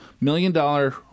million-dollar